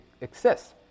exists